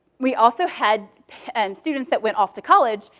we also had students that went off to college,